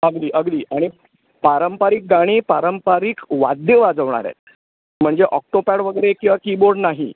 अगदी अगदी आणि पारंपरिक गाणी पारंपरिक वाद्यं वाजवणार आहेत म्हणजे ऑक्टोपॅड वगैरे किंवा कीबोर्ड नाही